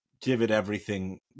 give-it-everything